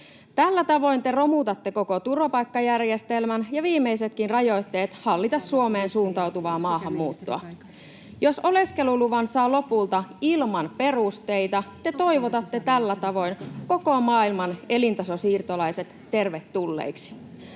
Tällä tavoin te romutatte koko turvapaikkajärjestelmän ja viimeisetkin rajoitteet hallita Suomeen suuntautuvaa maahanmuuttoa. Jos oleskeluluvan saa lopulta ilman perusteita, te toivotatte tällä tavoin koko maailman elintasosiirtolaiset tervetulleiksi.